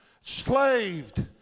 slaved